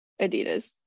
adidas